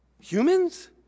Humans